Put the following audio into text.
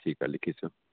ठीकु आहे लिखी छॾो